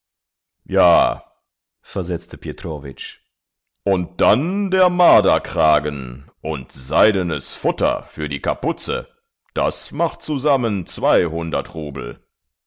ja versetzte petrowitsch und dann der marderkragen und seidenes futter für die kapuze das macht zusammen zweihundert rubel